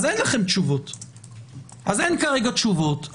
אז אין כרגע תשובות.